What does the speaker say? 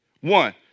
one